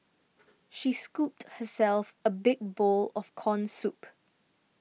she scooped herself a big bowl of Corn Soup